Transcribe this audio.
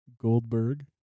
Goldberg